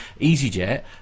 EasyJet